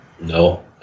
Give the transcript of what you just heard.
No